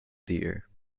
dear